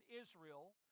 Israel